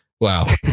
Wow